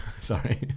Sorry